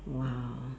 !wow!